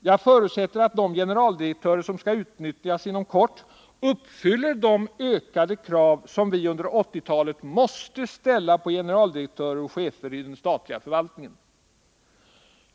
Jag förutsätter att de generaldirektörer som skall utnämnas inom kort uppfyller de ökade krav som vi under 1980-talet måste ställa på generaldirektörer och chefer i den statliga förvaltningen.